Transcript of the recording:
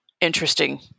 interesting